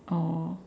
oh